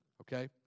okay